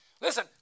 Listen